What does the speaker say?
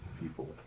people